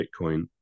Bitcoin